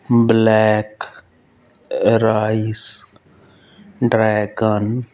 black rice dragon